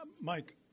Mike